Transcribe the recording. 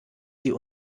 sie